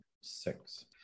six